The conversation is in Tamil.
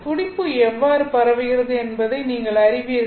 துடிப்பு எவ்வாறு பரவுகிறது என்பதை நீங்கள் அறிவீர்கள்